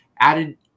added